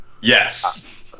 Yes